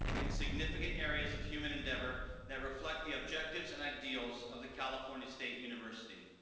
and significant areas of human endeavor that reflect the objectives and ideals of the california state university.